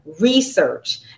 research